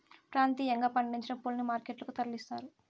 ప్రాంతీయంగా పండించిన పూలని మార్కెట్ లకు తరలిస్తారు